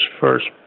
first